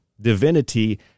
divinity